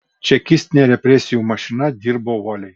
čekistinė represijų mašina dirbo uoliai